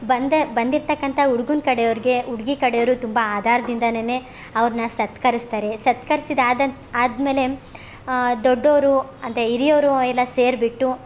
ಬಂದ ಬಂದಿರತಕ್ಕಂತ ಹುಡ್ಗುನ್ ಕಡೆ ಅವ್ರಿಗೆ ಹುಡ್ಗಿ ಕಡೆಯವರು ತುಂಬ ಆದರ್ದಿಂದನೆ ಅವ್ರನ್ನ ಸತ್ಕರಸ್ತಾರೆ ಸತ್ಕರ್ಸಿದ ಆದಂತ ಆದಮೇಲೆ ದೊಡ್ಡವರು ಅಂತ ಹಿರಿಯವ್ರೂ ಎಲ್ಲ ಸೇರಿಬಿಟ್ಟು